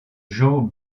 jean